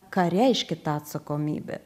ką reiškia ta atsakomybė